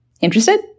Interested